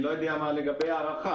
אני לא יודע מה לגבי הארכה.